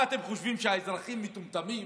מה, אתם חושבים שהאזרחים מטומטמים?